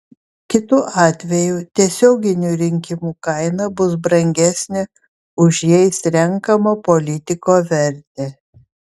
kitu atveju tiesioginių rinkimų kaina bus brangesnė už jais renkamo politiko vertę